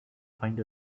find